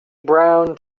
brown